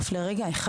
אף לרגע אחד.